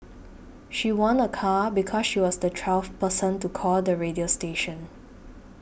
she won a car because she was the twelfth person to call the radio station